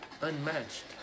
unmatched